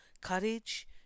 courage